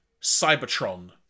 cybertron